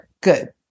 good